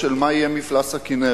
של מה יהיה מפלס הכינרת,